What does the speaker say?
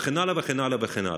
וכן הלאה וכן הלאה וכן הלאה.